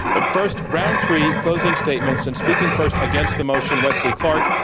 but first, round three, closing statements, and speaking first against the motion, wesley clark,